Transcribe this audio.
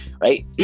right